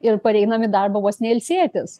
ir pareinam į darbą vos ne ilsėtis